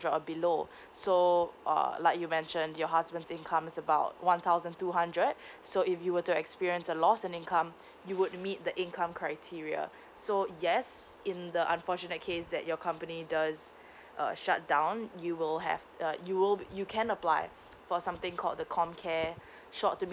or below so uh like you mentioned your husband income is about one thousand two hundred so if you were to experience a lost in income you would meet the income criteria so yes in the unfortunate case that your company does uh shut down you will have uh you will be you can apply for something called the comcare short to